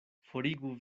forigu